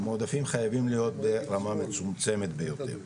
המועדפים חייבים להיות ברמה מצומצמת ביותר.